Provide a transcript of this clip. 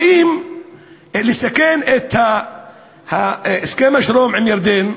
באים לסכן את הסכם השלום עם ירדן,